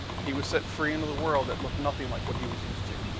he was set free into the world that looked nothing like what he was used to.